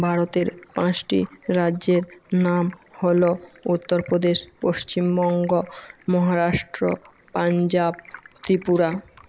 ভারতের পাঁচটি রাজ্যের নাম হল উত্তরপ্রদেশ পশ্চিমবঙ্গ মহারাষ্ট্র পাঞ্জাব ত্রিপুরা